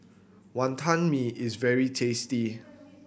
Wantan Mee is very tasty